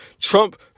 Trump